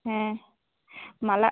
হ্যাঁ মালা